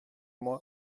moi